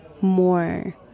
more